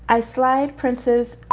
i slide princes